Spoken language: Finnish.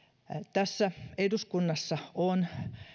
tässä eduskunnassa on